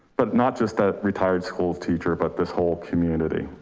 but not just that retired school teacher, but this whole community,